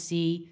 see